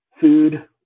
food